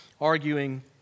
arguing